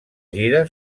gira